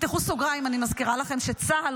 תפתחו סוגריים: אני מזכירה לכם שצה"ל